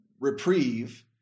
reprieve